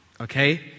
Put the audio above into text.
Okay